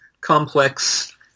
complex